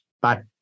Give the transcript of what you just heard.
Bye